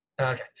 Okay